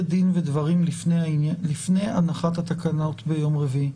דין ודברים לפני הנחת התקנות ביום רביעי.